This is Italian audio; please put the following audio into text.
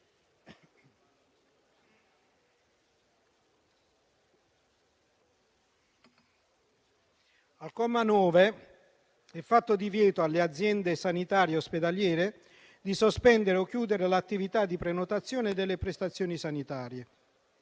Al comma 9 è fatto divieto alle aziende sanitarie e ospedaliere di sospendere o chiudere l'attività di prenotazione delle prestazioni sanitarie.